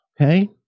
Okay